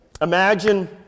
Imagine